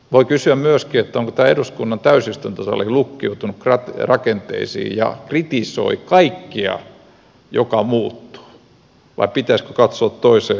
voi kysyä myöskin onko tämä eduskunnan täysistuntosali lukkiutunut rakenteisiin ja kritisoi kaikkea joka muuttuu vai pitäisikö katsoa toiseen suuntaan